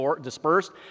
dispersed